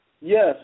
Yes